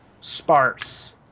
sparse